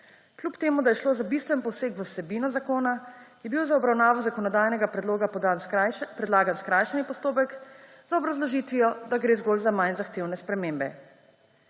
Kljub tem da je šlo za bistven poseg v vsebino zakona, je bil za obravnavo zakonodajnega predloga predlagan skrajšani postopek z obrazložitvijo, da gre zgolj za manj zahtevne spremembe.